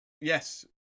Yes